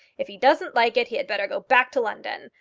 if he doesn't like it, he had better go back to london,